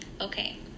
okay